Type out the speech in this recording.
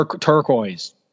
Turquoise